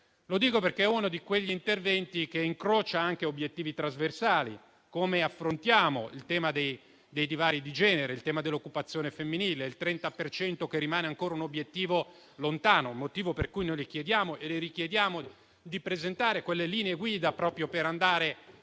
Lo dico perché è uno di quegli interventi che incrocia anche obiettivi trasversali che affrontiamo, quali il tema dei divari di genere e quello dell'occupazione femminile: il 30 per cento rimane un obiettivo ancora lontano, motivo per cui le chiediamo e le richiediamo di presentare quelle linee guida proprio per andare